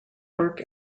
work